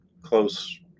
close